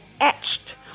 etched